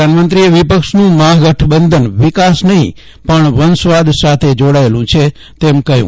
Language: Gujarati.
પ્રધાનમંત્રીએ વિપક્ષનું મહાગઠબંધન વિકાસ નહીં પણ વંશવાદ સાથે જોડાયેલું છે તેમ કહ્યું